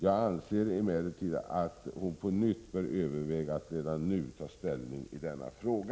Jag anser emellertid att hon på nytt bör överväga att redan nu ta ställning till denna fråga.